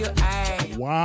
Wow